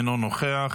אינו נוכח,